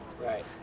Right